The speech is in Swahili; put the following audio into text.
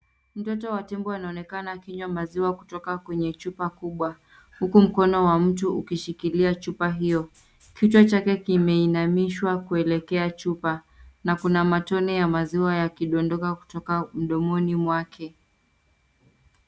Mtoto wa tembo anaonekana akinywa maziwa kutoka kwenye chupa kubwa, huku mkono wa mtu ukishikilia chupa hiyo kichwa chake kime inamishwa kuelekea chupa na kuna matone ya maziwa yakidondoka kutoka mdomoni mwake.